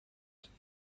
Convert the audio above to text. جایی